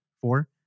Four